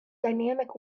dynamic